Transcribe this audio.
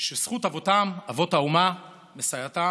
שזכות אבותם", אבות האומה, "מסייעתן,